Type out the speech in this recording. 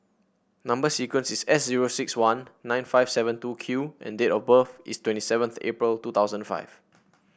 number sequence is S zero six one nine five seven two Q and date of birth is twenty seventh April two thousand five